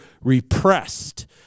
repressed